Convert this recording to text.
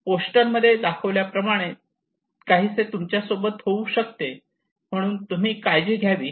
poster मध्ये दाखविल्याप्रमाणे काहीसे तुमच्यासोबत होऊ शकते म्हणून तुम्ही काळजी घ्यावी